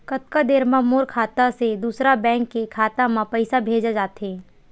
कतका देर मा मोर खाता से दूसरा बैंक के खाता मा पईसा भेजा जाथे?